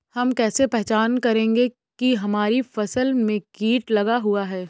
हम कैसे पहचान करेंगे की हमारी फसल में कीट लगा हुआ है?